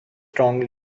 strongly